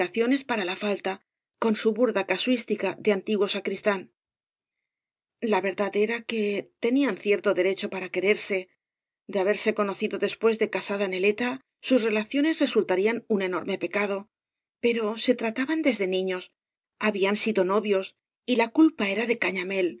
para la falta con su burda casuística de antiguo sacristán la verdad era que tenían cierto derecho para quererse de haberse conocido después de casada neleta sus reiaciones resultarían un enorme pecado pero se trataban desde niños habían sido novios y la culpa era de